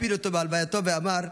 הספיד אותו בהלווייתו ואמר: